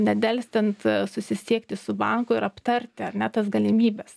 nedelsiant susisiekti su banku ir aptarti ar ne tas galimybes